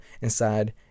inside